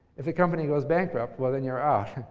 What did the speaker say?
if a company goes bankrupt, well, then you're out.